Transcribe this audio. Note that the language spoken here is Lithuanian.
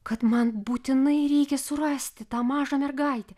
kad man būtinai reikia surasti tą mažą mergaitę